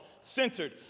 centered